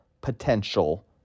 potential